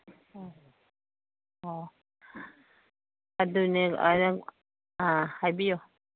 ꯎꯝ ꯑꯣ ꯑꯗꯨꯅꯦ ꯑꯥ ꯍꯥꯏꯕꯤꯌꯨ